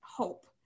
Hope